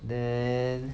then